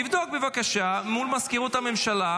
תבדוק בבקשה מול מזכירות הממשלה,